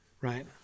right